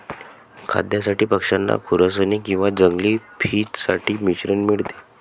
खाद्यासाठी पक्षांना खुरसनी किंवा जंगली फिंच साठी मिश्रण मिळते